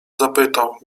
zapytał